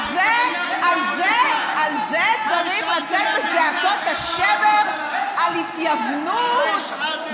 על זה צריך לצאת בזעקות השבר על התייוונות?